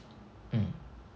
mm